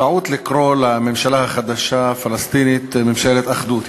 טעות לקרוא לממשלה החדשה הפלסטינית ממשלת אחדות,